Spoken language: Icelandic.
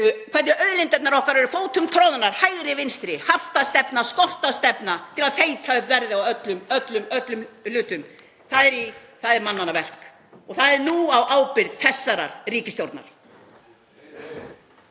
hvernig auðlindirnar okkar eru fótum troðnar hægri vinstri, haftastefna, skortstefna, til að þeyta upp verði á öllum hlutum, það er mannanna verk og það er á ábyrgð þessarar ríkisstjórnar.